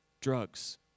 drugs